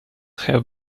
have